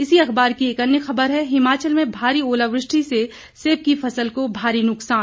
इसी अख़बार की एक अन्य ख़बर है हिमाचल में भारी ओलावृष्टि से सेब की फसल को भारी नुकसान